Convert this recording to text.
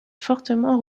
fortement